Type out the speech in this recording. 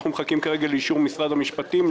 אנחנו מחכים כרגע לאישור משרד המשפטים.